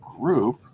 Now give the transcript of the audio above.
group